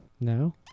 no